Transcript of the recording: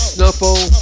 Snuffle